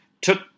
took